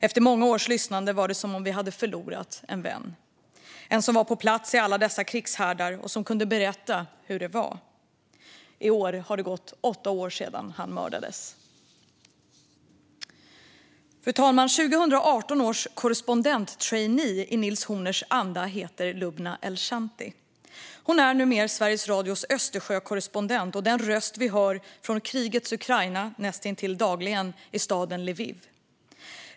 Efter många års lyssnande var det som om vi hade förlorat en vän, en som var på plats i alla dessa krigshärdar och som kunde berätta hur det var. I år har det gått åtta år sedan han mördades. Fru talman! 2018 års korrespondenttrainee i Nils Horners anda heter Lubna El-Shanti. Hon är numera Sveriges Radios Östersjökorrespondent och den röst vi näst intill dagligen hör från staden Lviv i krigets Ukraina.